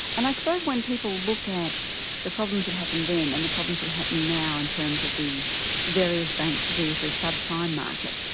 and i suppose when people look at the problems that happened then, and the problems that are happening now in terms of the various banks to do with the subprime market,